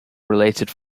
related